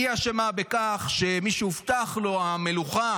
היא אשמה בכך שמי שהובטחה לו המלוכה,